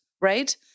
right